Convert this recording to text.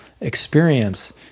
experience